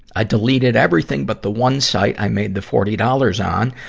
i deleted everything but the one site i made the forty dollars on.